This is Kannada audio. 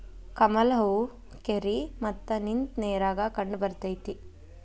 ಕಮಲ ಹೂ ಕೆರಿ ಮತ್ತ ನಿಂತ ನೇರಾಗ ಕಂಡಬರ್ತೈತಿ